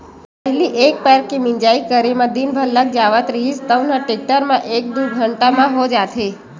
पहिली एक पैर के मिंजई करे म दिन भर लाग जावत रिहिस तउन ह टेक्टर म एक दू घंटा म हो जाथे